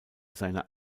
seiner